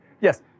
Yes